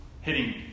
hitting